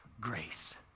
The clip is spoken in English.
Grace